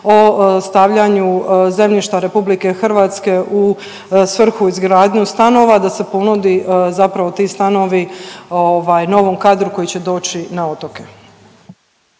o stavljanju zemljišta RH u svrhu i izgradnju stanova, da se ponudi zapravo ti stanovi ovaj novom kadru koji će doći na otoke.